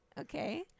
okay